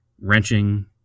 wrenching